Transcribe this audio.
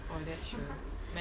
oh that's true